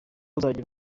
uzajya